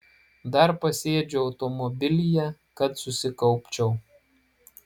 dar pasėdžiu automobilyje kad susikaupčiau